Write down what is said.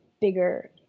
bigger